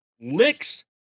licks